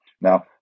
Now